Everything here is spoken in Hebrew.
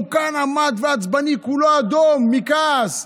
והוא כאן עמד עצבני, כולו אדום מכעס,